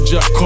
Jack